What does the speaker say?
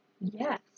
Yes